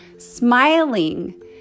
smiling